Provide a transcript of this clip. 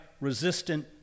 resistant